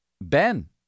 Ben